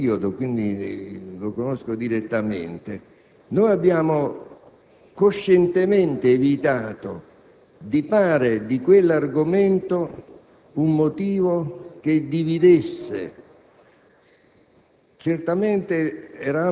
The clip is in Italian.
ho vissuto quel periodo e quindi lo conosco direttamente - perché abbiamo coscientemente evitato di fare di quell'argomento un motivo che dividesse.